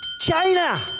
china